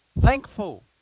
thankful